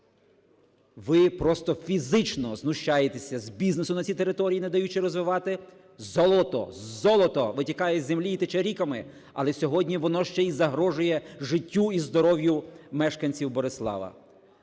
Ви просто фізично знущаєтеся з бізнесу на цій території, не даючи розвивати, золото – золото! – витікає із землі і тече ріками, але сьогодні воно ще й загрожує життю і здоров'ю мешканців Борислава.